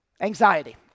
Anxiety